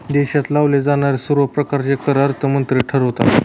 देशात लावले जाणारे सर्व प्रकारचे कर अर्थमंत्री ठरवतात